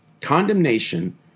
Condemnation